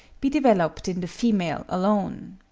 be developed in the female alone.